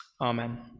Amen